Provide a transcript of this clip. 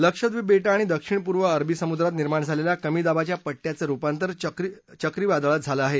लक्षद्वीप बेटं आणि दक्षिण पूर्व अरबी समुद्रात निर्माण झालेल्या कमी दाबाच्या पट्ट्याचं रूपांतर चक्रीवादळात झालं आहे